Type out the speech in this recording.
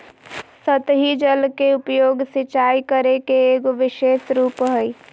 सतही जल के उपयोग, सिंचाई करे के एगो विशेष रूप हइ